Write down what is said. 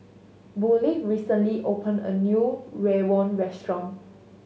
Burleigh recently opened a new rawon restaurant